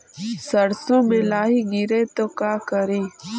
सरसो मे लाहि गिरे तो का करि?